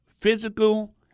physical